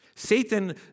Satan